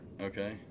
Okay